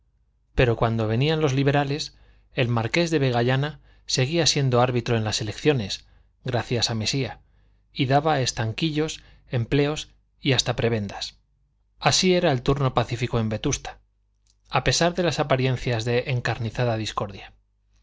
pero cuando venían los liberales el marqués de vegallana seguía siendo árbitro en las elecciones gracias a mesía y daba estanquillos empleos y hasta prebendas así era el turno pacífico en vetusta a pesar de las apariencias de encarnizada discordia